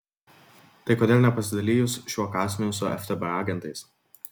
tai kodėl nepasidalijus šiuo kąsniu su ftb agentais